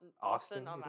Austin